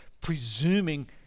presuming